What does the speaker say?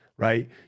right